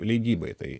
leidybai tai